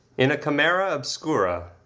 in a camera obscura,